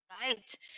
right